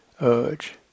urge